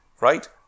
right